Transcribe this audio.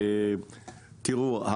תראו,